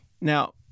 Now